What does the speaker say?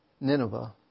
Nineveh